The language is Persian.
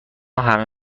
همه